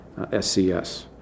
SCS